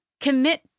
commit